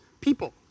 people